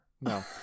No